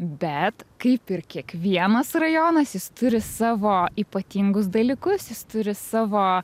bet kaip ir kiekvienas rajonas jis turi savo ypatingus dalykus jis turi savo